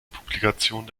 publikationen